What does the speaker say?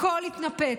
הכול התנפץ.